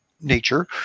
nature